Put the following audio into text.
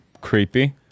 creepy